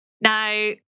Now